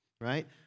right